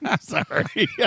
Sorry